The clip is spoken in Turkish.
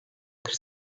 kırk